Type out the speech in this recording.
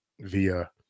via